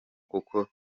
kuko